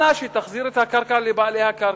אנא, תחזיר את הקרקע לבעלי הקרקע.